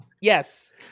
Yes